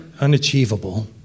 unachievable